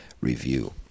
Review